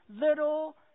little